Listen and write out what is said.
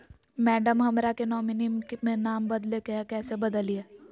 madam, हमरा के nominee में नाम बदले के हैं, कैसे बदलिए